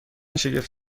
شگفت